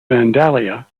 vandalia